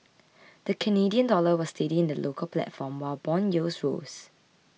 the Canadian dollar was steady in the local platform while bond yields rose